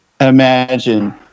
imagine